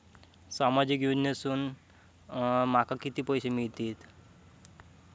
सामाजिक योजनेसून माका किती पैशे मिळतीत?